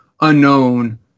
unknown